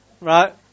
Right